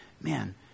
man